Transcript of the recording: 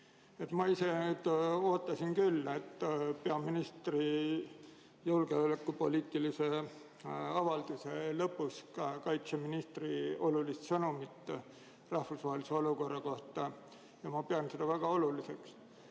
Ma ise ootasin küll peaministri julgeolekupoliitilise avalduse lõpus ka kaitseministri olulist sõnumit rahvusvahelise olukorra kohta ja ma pean seda väga oluliseks.